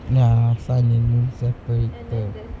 ya sun and moon separated